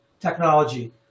technology